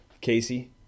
Casey